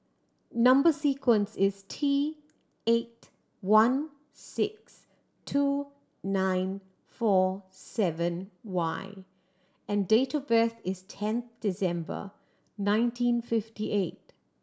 number sequence is T eight one six two nine four seven Y and date of birth is ten December nineteen fifty eight